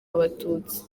abatutsi